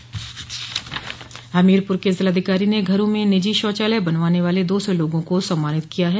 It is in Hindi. हमीरपुर के जिलाधिकारी ने घरों में निजी शौचालय बनवाने वाले दो सौ लोगों को सम्मानित किया है